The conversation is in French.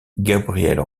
gabrielle